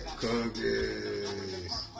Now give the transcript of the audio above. Cookies